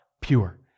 pure